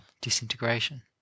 disintegration